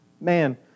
Man